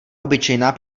obyčejná